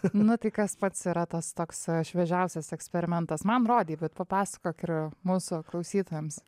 tad manau tai kas pats yra tas toks šviežiausias eksperimentas man rodei bet papasakok ir mūsų klausytojams